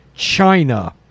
China